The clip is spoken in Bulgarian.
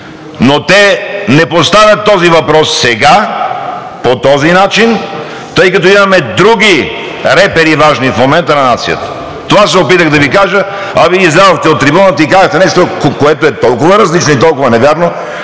но те не поставят този въпрос сега по този начин, тъй като имаме други важни репери в момента на нацията. Това се опитах да Ви кажа, а Вие излязохте от трибуната и казахте нещо, което е толкова различно и толкова невярно,